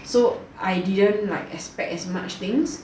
so I didn't like expect as much things